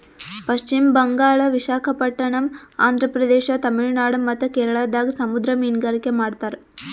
ಪಶ್ಚಿಮ್ ಬಂಗಾಳ್, ವಿಶಾಖಪಟ್ಟಣಮ್, ಆಂಧ್ರ ಪ್ರದೇಶ, ತಮಿಳುನಾಡ್ ಮತ್ತ್ ಕೇರಳದಾಗ್ ಸಮುದ್ರ ಮೀನ್ಗಾರಿಕೆ ಮಾಡ್ತಾರ